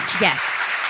Yes